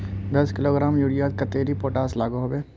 दस किलोग्राम यूरियात कतेरी पोटास लागोहो होबे?